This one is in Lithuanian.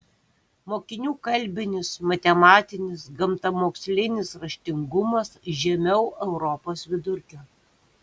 mokinių kalbinis matematinis gamtamokslinis raštingumas žemiau europos vidurkio